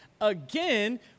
Again